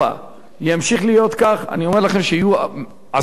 אני אומר לכם שעשרות מפעלים יהיו במצב קשה בתקופה הקרובה,